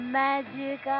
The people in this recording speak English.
magic